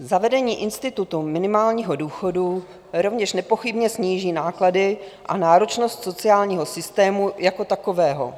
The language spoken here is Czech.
Zavedení institutu minimálního důchodu rovněž nepochybně sníží náklady a náročnost sociálního systému jako takového.